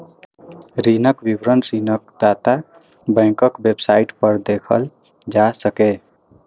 ऋणक विवरण ऋणदाता बैंकक वेबसाइट पर देखल जा सकैए